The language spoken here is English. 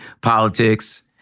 Politics